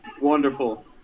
Wonderful